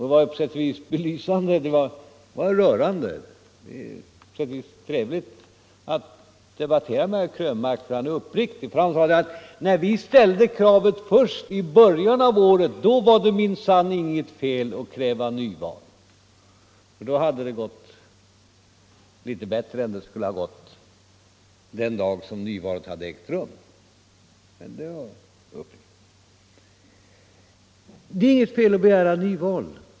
Det är på sitt sätt rörande och trevligt att debattera med herr Krönmark, för han är uppriktig. Han sade: När vi i början av året ställde detta krav, då var det minsann inget fel att kräva nyval. Då hade det gått litet bättre än det skulle ha gått den dag nyvalet hade ägt rum. Ja, det var uppriktigt. Det är inget fel att begära nyval.